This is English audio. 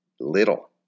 Little